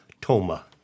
Toma